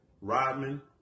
Rodman